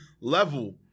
level